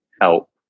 help